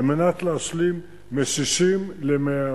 על מנת להשלים מ-60% ל-100%.